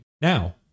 Now